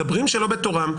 מדברים שלא בתורם,